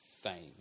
fame